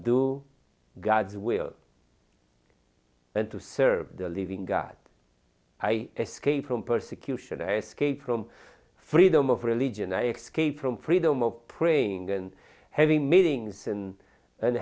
do god's will and to serve the living god i escape from persecution or escape from freedom of religion i xscape from freedom of praying and having meetings and and